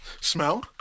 Smell